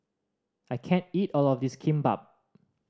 I can't eat all of this Kimbap